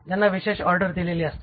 ज्यांना विशेष ऑर्डर दिलेली असते